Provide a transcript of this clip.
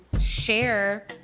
share